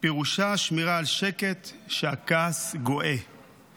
פירושה שמירה על שקט כשהכעס גואה;